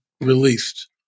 released